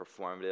performative